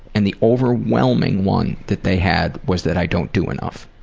and the overwhelming one that they had was that i don't do enough.